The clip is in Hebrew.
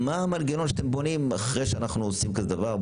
מה המנגנון שאתם בונים אחרי שאנחנו עושים כזה דבר?